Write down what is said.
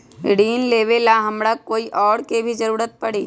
ऋन लेबेला हमरा कोई और के भी जरूरत परी?